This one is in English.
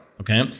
okay